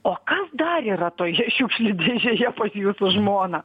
o kas dar yra toje šiukšlių dėžėje pas jūsų žmoną